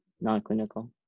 non-clinical